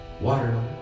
Water